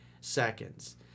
seconds